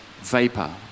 vapor